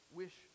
wish